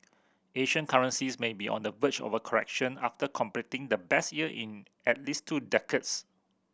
Asian currencies may be on the verge of a correction after completing the best year in at least two decades